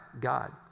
God